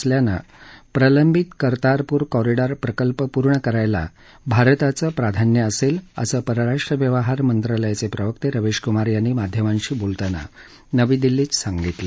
तरीही प्रलंबित कर्तारपूर कॉरिडॉर प्रकल्प पूर्ण करायला भारताचं प्राधान्य असेल असं परराष्ट्र व्यवहार मंत्रालयाचे प्रवक्ते रवीश क्मार यांनी माध्यमांशी बोलताना नवी दिल्लीत आज सांगितलं